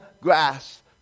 grass